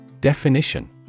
Definition